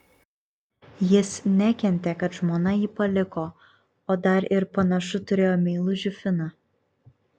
jis nekentė kad žmona jį paliko o dar ir panašu turėjo meilužį finą